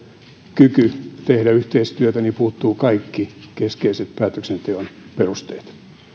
kyky tehdä yhteistyötä niin puuttuvat kaikki keskeiset päätöksenteon perusteet